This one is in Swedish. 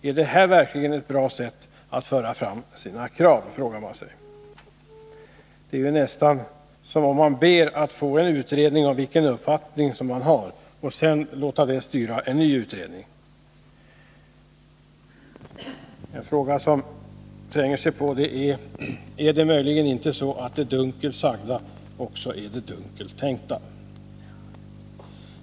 Är det här verkligen ett bra sätt att föra fram sina krav, frågar man sig. Det är ju nästan som om man ber att få en utredning om vilken uppfattning som socialdemokraterna har och att detta sedan skall få styra en ny utredning. En fråga som tränger sig på är: Är det möjligen inte så att det dunkelt sagda också är det dunkelt tänkta?